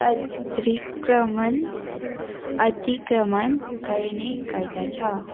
अतिक्रमण अतिक्रमण गर्ने गर्दछ